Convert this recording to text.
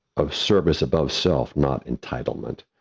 of service above self, not entitlement,